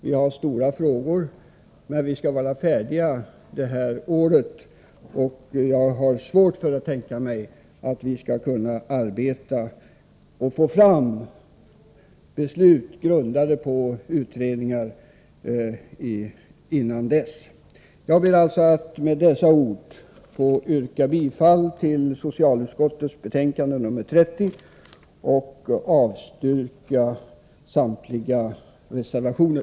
Vi har stora frågor, men vi skall vara färdiga det här året, och jag har svårt att tänka mig att man skulle kunna arbeta fortare och få fram beslut grundade på utredningar innan dess. Jag vill alltså med dessa ord yrka bifall till hemställan i socialutskottets betänkande 30 och avslag på samtliga reservationer.